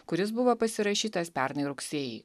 kuris buvo pasirašytas pernai rugsėjį